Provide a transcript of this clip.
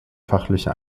fachliche